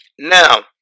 Now